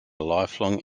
lifelong